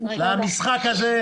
למשחק הזה.